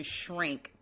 shrink